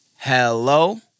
Hello